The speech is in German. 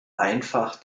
einfach